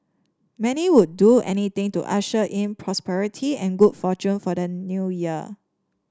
many would do anything to usher in prosperity and good fortune for the New Year